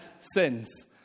sins